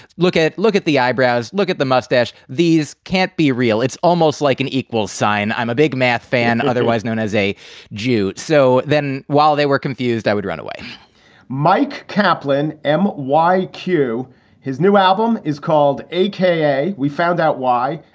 look at look at the eyebrows. look at the mustache. these can't be real. it's almost like an equals sign. i'm a big math fan, otherwise known as a jew. so then while they were confused, i would run away mike kaplin m y. q his new album is called a k a. we found out why.